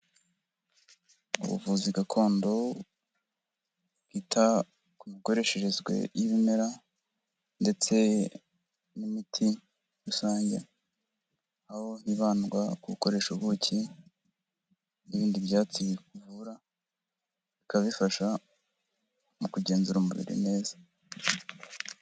Ubuvuzi gakondo bwita ku mikoresherezwe y'ibimera ndetse n'imiti rusange, aho hibandwa ku gukoresha ubuki n'ibindi byatsi bivura, bikaba bifasha mu kugenzura umubiri neza.